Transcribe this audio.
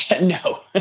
No